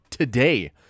Today